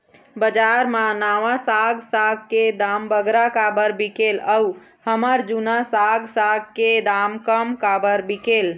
बजार मा नावा साग साग के दाम बगरा काबर बिकेल अऊ हमर जूना साग साग के दाम कम काबर बिकेल?